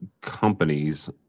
companies